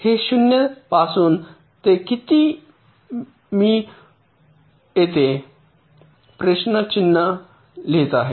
तर हे ० पासून ते किती मी येते प्रश्न चिन्ह लिहित आहे